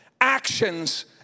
actions